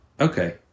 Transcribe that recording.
Okay